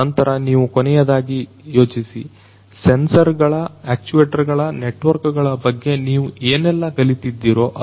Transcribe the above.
ನಂತರ ನೀವು ಕೊನೆಯದಾಗಿ ಯೋಚಿಸಿ ಸೆನ್ಸರ್ ಗಳ ಆಕ್ಚುಯೆಟರ್ ಗಳ ನೆಟ್ವರ್ಕಗಳ ಬಗ್ಗೆ ನೀವು ಏನೆಲ್ಲಾ ಕಲಿತಿದ್ದೀರೊ ಅದು ಇಂಡಸ್ಟ್ರಿ4